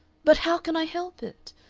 but how can i help it?